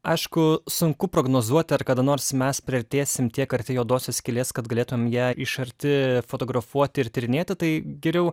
aišku sunku prognozuoti ar kada nors mes priartėsim tiek arti juodosios skylės kad galėtume ją iš arti fotografuoti ir tyrinėti tai geriau